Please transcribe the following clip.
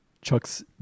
Chuck's